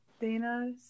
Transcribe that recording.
Dana's